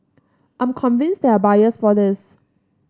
I'm convinced there are buyers for this